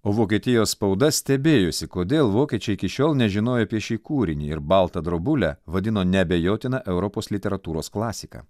o vokietijos spauda stebėjosi kodėl vokiečiai iki šiol nežinojo apie šį kūrinį ir baltą drobulę vadino neabejotina europos literatūros klasika